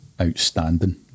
outstanding